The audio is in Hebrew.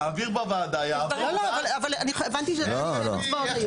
שנעביר בוועדה --- הבנתי שאין הצבעות היום.